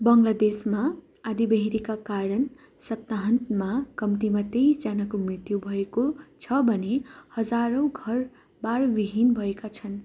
बङ्गलादेशमा आँधीबेह्रीका कारण सप्ताहन्तमा कम्तीमा तेइसजनाको मृत्यु भएको छ भने हजारौँ घरबारविहीन भएका छन्